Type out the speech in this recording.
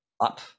up